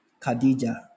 Khadija